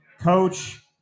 coach